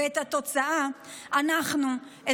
ואת התוצאה אנחנו,